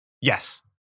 Yes